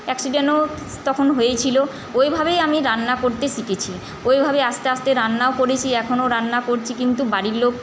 অ্যাক্সিডেনও তখন হয়েছিলো ওইভাবেই আমি রান্না করতে শিখেছি ওইভাবেই আস্তে আস্তে রান্নাও করেছি এখনও রান্না করছি কিন্তু বাড়ির লোক